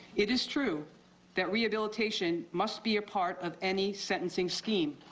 it is true that rehabilitation must be a part of any sentencing scheme.